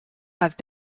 have